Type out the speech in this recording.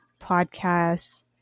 podcasts